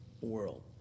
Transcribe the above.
world